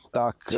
tak